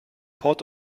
port